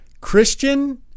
Christian